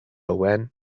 owen